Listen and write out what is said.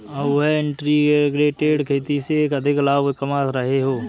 अब वह इंटीग्रेटेड खेती से अधिक लाभ कमा रहे हैं